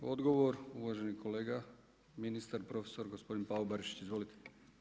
Odgovor, uvaženi kolega ministar, profesor gospodin Pavo Barišić Izvolite.